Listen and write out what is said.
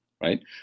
right